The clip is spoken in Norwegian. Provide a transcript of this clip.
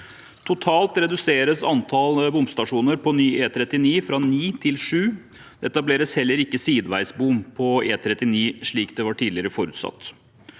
Totalt reduseres antallet bomstasjoner på ny E39 fra ni til sju. Det etableres heller ikke sideveisbom på E39, slik det tidligere var forutsatt.